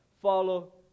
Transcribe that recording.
Follow